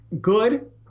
good